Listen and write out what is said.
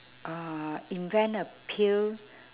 uh invent a pill